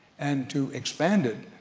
and to expand it,